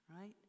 Right